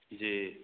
जी